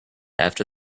after